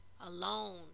alone